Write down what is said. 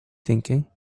thinking